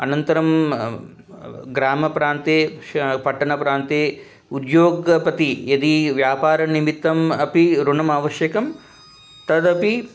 अनन्तरं ग्रामप्रान्ते श पत्तनप्रान्ते उद्योगपतिः यदि व्यापारनिमित्तम् अपि ऋणम् आवश्यकं तदपि